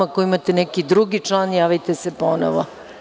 Ako imate neki drugi član, javite se ponovo.